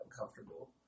uncomfortable